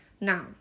Now